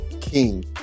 King